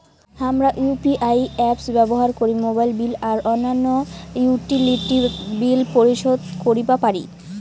হামরা UPI apps ব্যবহার করি মোবাইল বিল আর অইন্যান্য ইউটিলিটি বিল পরিশোধ করিবা পারি